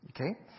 Okay